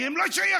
כי הם לא שייכים.